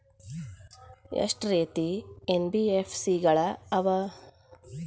ಎಷ್ಟ ರೇತಿ ಎನ್.ಬಿ.ಎಫ್.ಸಿ ಗಳ ಅವ?